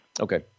okay